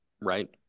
right